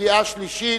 בקריאה שלישית.